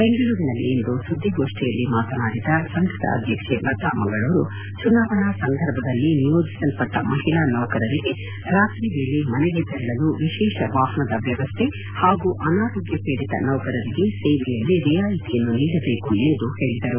ಬೆಂಗಳೂರಿನಲ್ಲಿಂದು ಸುದ್ದಿಗೋಷ್ಠಿಯಲ್ಲಿ ಮಾತನಾಡಿದ ಸಂಘದ ಅಧ್ಯಕ್ಷೆ ಲತಾ ಮಂಗಳೂರು ಚುನಾವಣಾ ಸಂದರ್ಭದಲ್ಲಿ ನಿಯೋಜಿಸಲ್ಪಟ್ಟ ಮಹಿಳಾ ನೌಕರರಿಗೆ ರಾತ್ರಿ ವೇಳೆ ಮನೆಗೆ ತೆರಳಲು ವಿಶೇಷ ವಾಹನದ ವ್ಯವಸ್ಥೆ ಹಾಗೂ ಅನಾರೋಗ್ಯ ಪೀಡಿತ ನೌಕರರಿಗೆ ಸೇವೆಯಲ್ಲಿ ರಿಯಾಯಿತಿಯನ್ನು ನೀಡಬೇಕು ಎಂದು ಹೇಳದರು